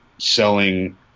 selling